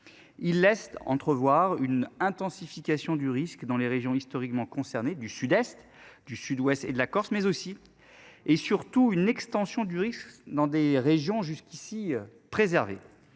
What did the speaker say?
Il laisse entrevoir une intensification du risque dans les régions historiquement concernés du Sud-Est du Sud-Ouest et de la Corse mais aussi. Et surtout une extension du risque dans des régions jusqu'ici préservé.